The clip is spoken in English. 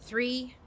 Three